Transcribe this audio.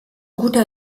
guter